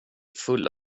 full